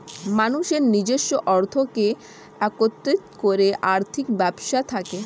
মানুষের নিজস্ব অর্থকে একত্রিত করে আর্থিক ব্যবস্থা থাকে